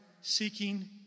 seeking